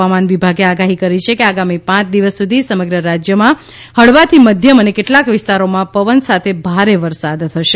હવામાન વિભાગે આગાહી કરી છે કે આગામી પાંચ દિવસ સુધી સમગ્ર રાજ્યમાં હળવાથી મધ્યમ અને કેટલાંક વિસ્તારોમાં પવન સાથે ભારે વરસાદ થશે